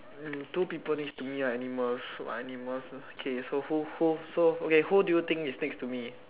two people next to me animals animals okay so who who who who do you think is next to me